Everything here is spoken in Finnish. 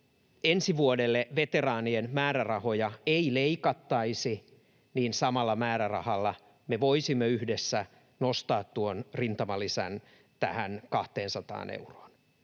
ensi vuodelle veteraanien määrärahoja ei leikattaisi, niin samalla määrärahalla me voisimme yhdessä nostaa tuon rintamalisän tähän 200 euroon.